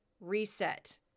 Reset